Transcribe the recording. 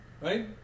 right